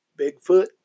Bigfoot